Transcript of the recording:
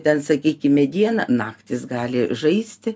ten sakykime dieną naktys gali žaisti